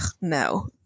no